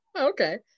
Okay